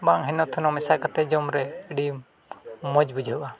ᱵᱟᱝ ᱦᱮᱱᱚᱼᱛᱷᱮᱱᱚ ᱢᱮᱥᱟ ᱠᱟᱛᱮᱫ ᱡᱚᱢᱨᱮ ᱟᱹᱰᱤ ᱢᱚᱡᱽ ᱵᱩᱡᱷᱟᱹᱜᱼᱟ